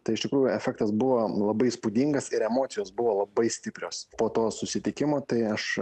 tai iš tikrųjų efektas buvo labai įspūdingas ir emocijos buvo labai stiprios po to susitikimo tai aš